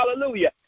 hallelujah